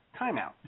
timeout